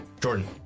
Jordan